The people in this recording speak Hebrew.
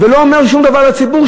ולא אומר שום דבר לציבור,